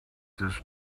this